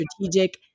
strategic